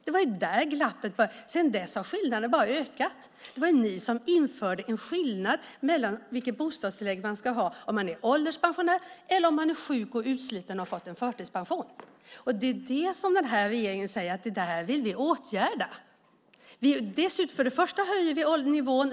Det var där glappet började. Sedan dess har skillnaden bara ökat. Det var ni som införde en skillnad mellan vilket bostadstillägg man ska ha om man är ålderspensionär och det man ska ha om man är sjuk och utsliten och har fått en förtidspension. Det är det som den här regeringen säger att vi vill åtgärda. Först och främst höjer vi nivån.